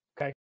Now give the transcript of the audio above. okay